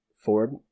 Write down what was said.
Ford